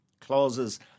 clauses